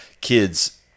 kids